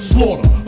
Slaughter